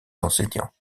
enseignants